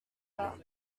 pas